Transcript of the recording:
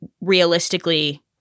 realistically